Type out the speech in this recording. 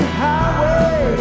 highway